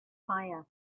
fire